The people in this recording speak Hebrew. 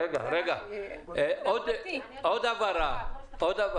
עוד הבהרה.